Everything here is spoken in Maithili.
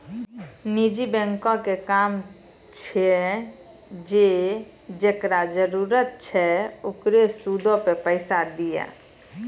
निजी बैंको के काम छै जे जेकरा जरुरत छै ओकरा सूदो पे पैसा दिये